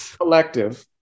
collective